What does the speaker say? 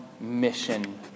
mission